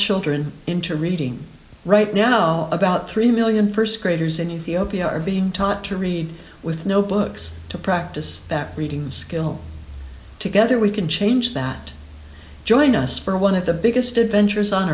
children into reading right now know about three million first graders and you are taught to read with no books to practice that reading skill together we can change that joined us for one of the biggest adventures on